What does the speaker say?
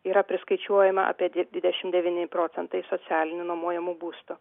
yra priskaičiuojama apie di dvidešim devyni procentai socialinių nuomojamų būstų